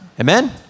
Amen